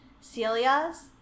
Celia's